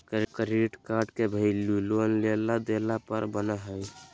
credit card के value loan लेला देला पर बना हइ